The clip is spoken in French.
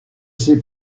sais